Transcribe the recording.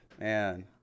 Man